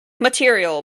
material